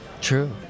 True